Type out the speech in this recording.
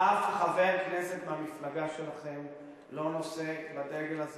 אף חבר כנסת מהמפלגה שלכם לא נושא בדגל הזה